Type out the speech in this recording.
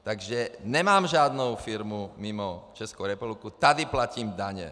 Takže nemám žádnou firmu mimo Českou republiku, tady platím daně.